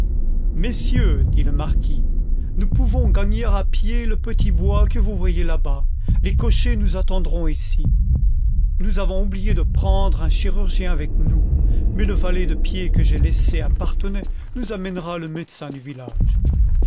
messieurs dit le marquis nous pouvons gagner à pied le petit bois que vous voyez làbas les cochers nous attendront ici nous avons oublié de prendre un chirurgien avec nous mais le valet de pied que j'ai laissé à parthenay nous amènera le médecin du village